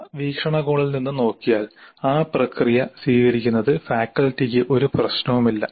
ആ വീക്ഷണകോണിൽ നിന്ന് നോക്കിയാൽ ആ പ്രക്രിയ സ്വീകരിക്കുന്നതിൽ ഫാക്കൽറ്റിക്ക് ഒരു പ്രശ്നവുമില്ല